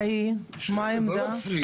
מה העמדה?